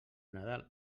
nadal